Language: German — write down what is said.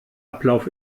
ablauf